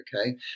okay